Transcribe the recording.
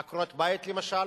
עקרות-בית, למשל.